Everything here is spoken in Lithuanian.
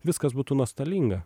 viskas būtų nuostolinga